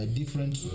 different